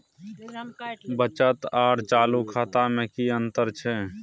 बचत आर चालू खाता में कि अतंर छै?